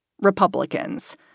Republicans